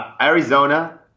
Arizona